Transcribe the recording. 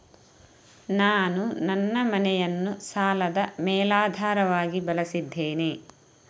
ನಾನು ನನ್ನ ಮನೆಯನ್ನು ಸಾಲದ ಮೇಲಾಧಾರವಾಗಿ ಬಳಸಿದ್ದೇನೆ